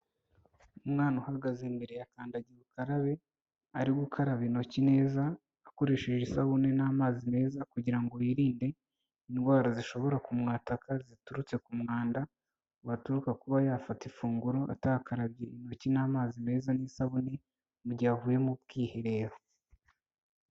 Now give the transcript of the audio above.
Umwana uhagaze imbere ya kandagirukarabe, ari gukaraba intoki neza, akoresheje isabune n'amazi meza kugira ngo yirinde indwara zishobora kumwataka ziturutse ku mwanda, waturuka kuba yafata ifunguro atakarabye intoki n'amazi meza n'isabune, mu gihe avuye mu bwiherero.